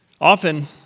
Often